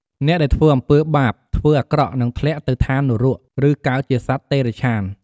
អ្នកដែលធ្វើអំពើបាប ធ្វើអាក្រក់ នឹងធ្លាក់ទៅឋាននរក ឬកើតជាសត្វតិរច្ឆាន។